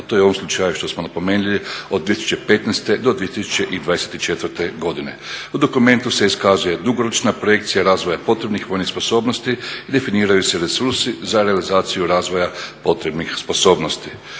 to je u ovom slučaju što smo napomenuli od 2015. do 2024. godine. U dokumentu se iskazuje dugoročna projekcija razvoja potrebnih vojnih sposobnosti i definiraju se resursi za realizaciju razvoja potrebnih sposobnosti.